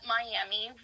Miami